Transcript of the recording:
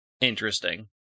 interesting